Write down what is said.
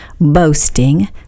boasting